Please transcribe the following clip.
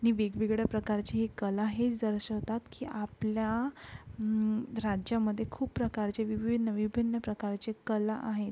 नि वेगवेगळ्या प्रकारची एक कला हेच दर्शवतात की आपल्या राज्यामध्ये खूप प्रकारचे विविन्न विभिन्न प्रकारचे कला आहेत